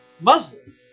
Muslim